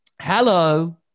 hello